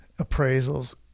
appraisals